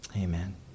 amen